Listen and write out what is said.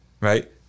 right